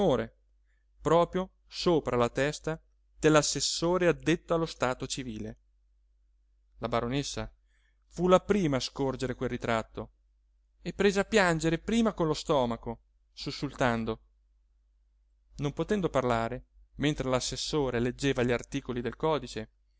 proprio sopra la testa dell'assessore addetto allo stato civile la baronessa fu la prima a scorgere quel ritratto e prese a piangere prima con lo stomaco sussultando non potendo parlare mentre l'assessore leggeva gli articoli del codice